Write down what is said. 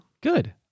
Good